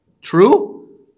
True